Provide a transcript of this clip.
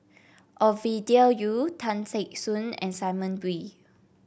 Ovidia Yu Tan Teck Soon and Simon Wee